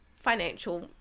financial